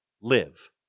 live